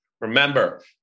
Remember